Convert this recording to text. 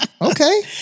Okay